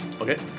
Okay